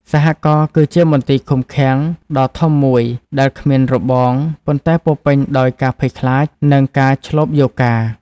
សហករណ៍គឺជាមន្ទីរឃុំឃាំងដ៏ធំមួយដែលគ្មានរបង ប៉ុន្តែពោរពេញដោយការភ័យខ្លាច និងការឈ្លបយកការណ៍។